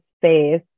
space